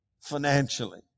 financially